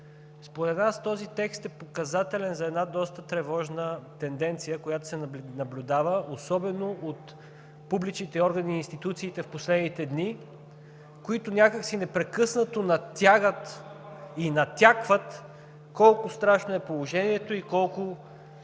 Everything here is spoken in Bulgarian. Според нас този текст е показателен за една доста тревожна тенденция, която се наблюдава особено от публичните органи и институциите в последните дни, които някак си непрекъснато натягат и натякват колко страшно е положението и колко